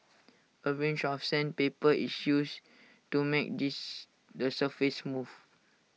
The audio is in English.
A range of sandpaper is used to make this the surface smooth